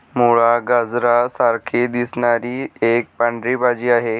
मुळा, गाजरा सारखी दिसणारी एक पांढरी भाजी आहे